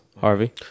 Harvey